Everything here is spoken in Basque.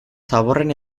zaborren